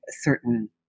certain